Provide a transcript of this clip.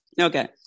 okay